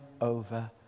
over